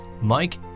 mike